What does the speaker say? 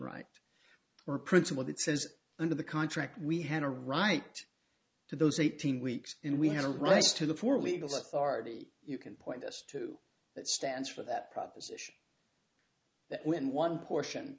right or principle that says under the contract we had a right to those eighteen weeks and we have a right to the four legal authority you can point us to that stands for that proposition that when one portion